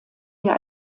wir